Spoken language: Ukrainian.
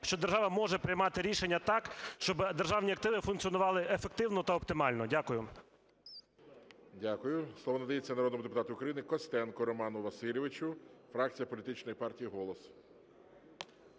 що держава може приймати рішення так, щоб державні активи функціонували ефективно та оптимально. Дякую. ГОЛОВУЮЧИЙ. Дякую. Слово надається народному депутату України Костенку Роману Васильовичу, фракція політичної партії "Голос".